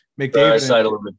McDavid